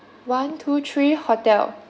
one two three hotel